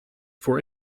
for